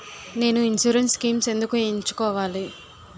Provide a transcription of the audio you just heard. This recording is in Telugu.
నేను ఇన్సురెన్స్ స్కీమ్స్ ఎందుకు ఎంచుకోవాలి?